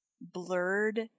blurred